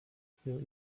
still